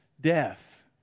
death